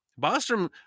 Bostrom